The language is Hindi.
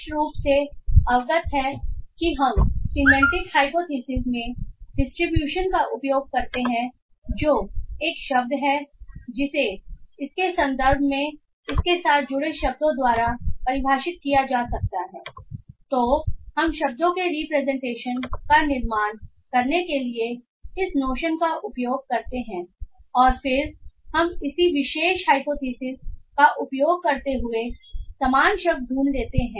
स्पष्ट रूप से अवगत है कि हम सिमेंटेक हाइपोथेसिस में डिस्ट्रीब्यूशन का उपयोग करते हैं जो एक शब्द है जिसे इसके संदर्भ में इसके साथ जुड़े शब्दों द्वारा परिभाषित किया जा सकता है तो हम शब्दों के रिप्रेजेंटेशन का निर्माण करने के लिए इस नोशन का उपयोग करते हैं और फिर हम इसी विशेष हाइपोथेसिस का उपयोग करते हुए समान शब्द ढूंढ लेते हैं